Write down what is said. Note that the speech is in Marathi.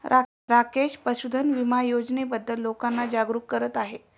राकेश पशुधन विमा योजनेबद्दल लोकांना जागरूक करत आहे